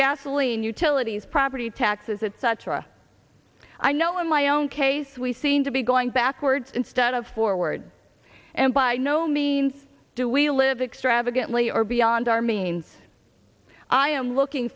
gasoline utilities property taxes and such raw i know in my own case we seem to be going backwards instead of forward and by no means do we live extract again we are beyond our means i am looking